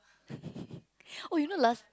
oh you know last